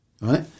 Right